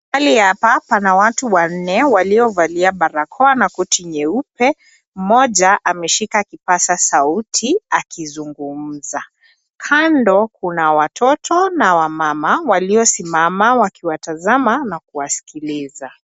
Hali ya hapa pana watu wanne waliovalia barakoa na koti nyeupe, mmoja ameshika kipaza sauti akizungumza. Kando kuna watoto na wamama waliosimama wakiwatazama na kuwasikiliza.